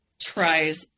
tries